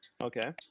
Okay